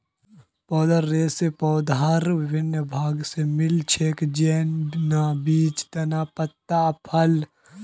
पौधार रेशा पौधार विभिन्न भाग स मिल छेक, जैन न बीज, तना, पत्तियाँ, फल